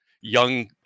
young